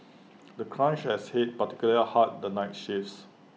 the crunch has hit particularly hard the night shifts